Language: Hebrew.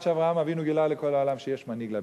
עד שאברהם אבינו גילה לכל העולם שיש מנהיג לבירה.